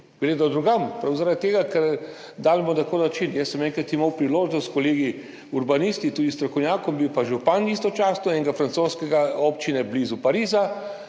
gredo drugam, prav zaradi tega ker delamo na tak način. Jaz sem enkrat imel priložnost, kolega urbanist, tudi strokovnjak je bil pa istočasno župan ene francoske občine blizu Pariza,